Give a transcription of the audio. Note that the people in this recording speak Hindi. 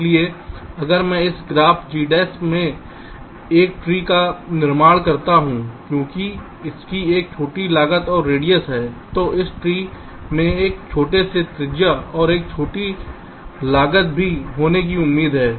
इसलिए अगर मैं इस ग्राफ G डैश में एक ट्री का निर्माण करता हूं क्योंकि इसकी एक छोटी लागत और रेडियस है तो इस ट्री में एक छोटे से त्रिज्या और एक छोटी लागत भी होने की उम्मीद है